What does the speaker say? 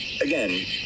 again